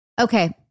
Okay